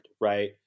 right